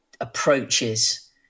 approaches